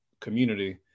community